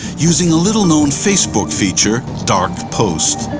using a little-known facebook feature dark post.